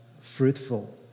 fruitful